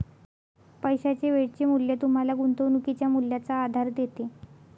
पैशाचे वेळेचे मूल्य तुम्हाला गुंतवणुकीच्या मूल्याचा आधार देते